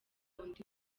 undi